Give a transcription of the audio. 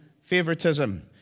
favoritism